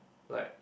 like